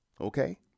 Okay